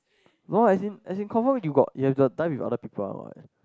no as in as in confirm you got you have the time with other people one what